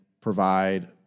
provide